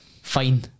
fine